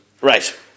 Right